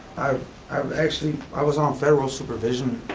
i've i've actually, i was on federal supervision,